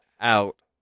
out